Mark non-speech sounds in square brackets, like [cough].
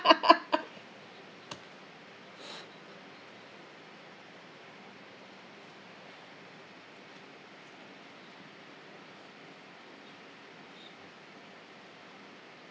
[laughs]